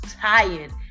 tired